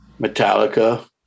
Metallica